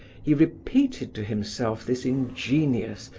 he repeated to himself this ingenious,